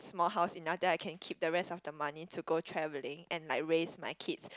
small house enough then I can keep the rest of the money to go travelling and like raise my kids